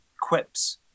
quips